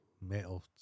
metal